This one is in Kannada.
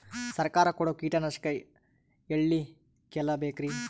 ಸರಕಾರ ಕೊಡೋ ಕೀಟನಾಶಕ ಎಳ್ಳಿ ಕೇಳ ಬೇಕರಿ?